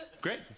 Great